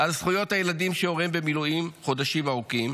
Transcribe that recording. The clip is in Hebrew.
על זכויות הילדים שהוריהם במילואים חודשים ארוכים